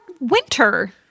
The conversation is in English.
winter